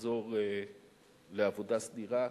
תחזור לעבודה סדירה,